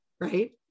right